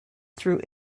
through